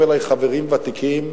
באים אלי חברים ותיקים,